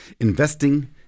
Investing